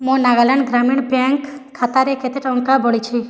ମୋ ନାଗାଲାଣ୍ଡ୍ ଗ୍ରାମୀଣ ବ୍ୟାଙ୍କ୍ ଖାତାରେ କେତେ ଟଙ୍କା ବଳିଛି